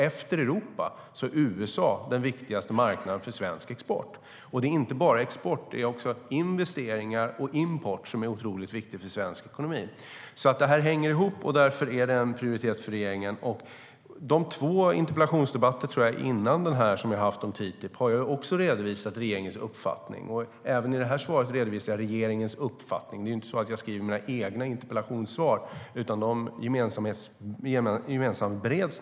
Efter Europa är USA den viktigaste marknaden för svensk export. Även investeringar och import är viktigt för svensk ekonomi. Detta hänger ihop, och därför är det en prioritet för regeringen.I de två tidigare interpellationsdebatter jag har haft om TTIP har jag redovisat regeringen uppfattning. Även i detta svar redovisar jag regeringens uppfattning. Jag skriver inte mina egna interpellationssvar, utan de gemensambereds.